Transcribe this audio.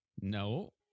No